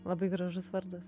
labai gražus vardas